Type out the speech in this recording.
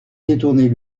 détourner